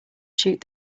shoot